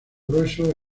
grueso